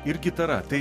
ir gitara tai